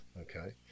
Okay